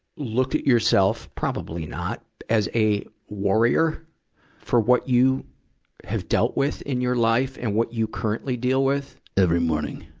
looked at yourself probably not as a warrior for what you have dealt with in your life and what you currently deal with? every morning.